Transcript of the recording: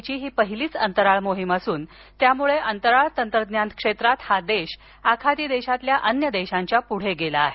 ची ही पहिलीच अंतराळ मोहीम असून यामुळे अंतराळ तंत्रज्ञान क्षेत्रात हा देश अखाती देशातील अन्य देशांच्या पुढे गेला आहे